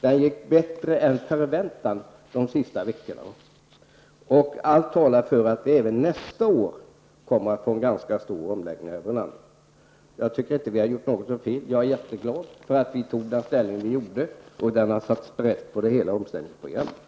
Den gick bättre än förväntat de sista veckorna. Allt talar för att det även nästa år kommer att bli en ganska stor omfattning på omställningen, herr Brunander. Jag tycker inte att vi har gjort något fel. Jag är jätteglad över vårt ställningstagande. Det har satt sprätt på hela omställningsprogrammet.